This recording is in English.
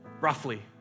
roughly